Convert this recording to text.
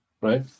right